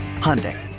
Hyundai